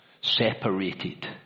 separated